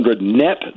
net